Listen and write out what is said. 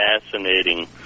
fascinating